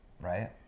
right